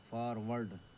forward